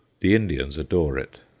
the indians adore it.